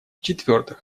четвертых